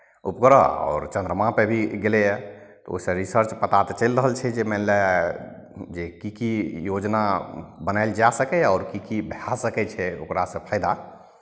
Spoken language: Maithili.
उपग्रह आओर चन्द्रमापर भी गेलैए ओहिसँ रिसर्च तऽ पता चलि रहल छै जे मानि लहै जे की की योजना बनायल जा सकैए आओर की की भए सकै छै ओकरासँ फाइदा